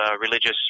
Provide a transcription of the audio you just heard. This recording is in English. religious